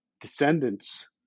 descendants